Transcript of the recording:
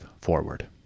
forward